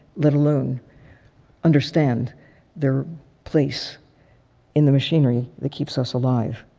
let alone understand their place in the machinery that keeps us alive.